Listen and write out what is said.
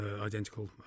identical